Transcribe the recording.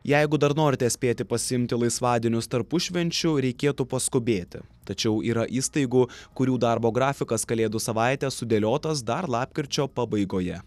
jeigu dar norite spėti pasiimti laisvadienius tarpušvenčiu reikėtų paskubėti tačiau yra įstaigų kurių darbo grafikas kalėdų savaitę sudėliotas dar lapkričio pabaigoje